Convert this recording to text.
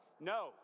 No